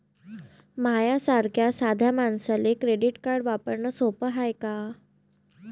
माह्या सारख्या साध्या मानसाले क्रेडिट कार्ड वापरने सोपं हाय का?